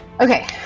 Okay